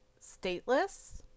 stateless